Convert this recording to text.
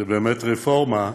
זו באמת רפורמה,